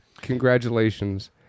Congratulations